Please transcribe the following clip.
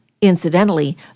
Incidentally